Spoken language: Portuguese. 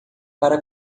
para